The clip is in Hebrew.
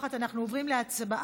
גליק, אינו